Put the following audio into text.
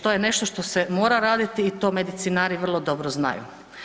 To je nešto što se mora raditi i to medicinari vrlo dobro znaju.